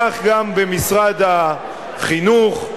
כך גם במשרד החינוך,